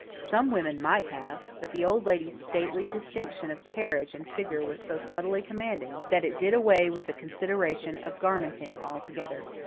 some women might have but the old lady's stately distinction of carriage and figure was so subtly commanding that it did away with the consideration of garmenting altogether.